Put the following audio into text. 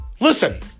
Listen